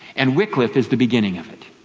and wicliffe is the beginning of it.